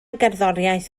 gerddoriaeth